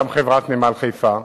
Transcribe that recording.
גם חברת "נמל חיפה"